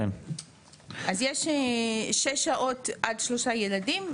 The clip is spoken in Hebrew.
אז יש שש שעות לעד שלושה ילדים,